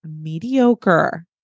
mediocre